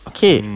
Okay